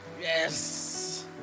yes